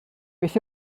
beth